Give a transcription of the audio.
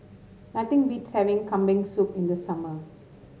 nothing beats having Kambing Soup in the summer